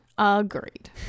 Agreed